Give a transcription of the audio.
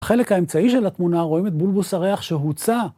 בחלק האמצעי של התמונה רואים את בולבוס הריח שהוצע.